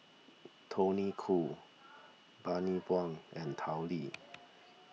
Tony Khoo Bani Buang and Tao Li